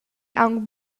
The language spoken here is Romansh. aunc